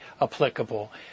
applicable